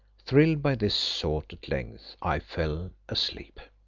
thrilled by this thought at length i fell asleep.